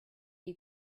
you